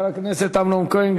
חבר הכנסת אמנון כהן,